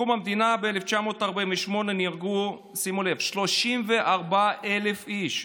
מקום המדינה ב-1948 נהרגו, שימו לב, 34,000 איש.